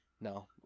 no